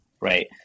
right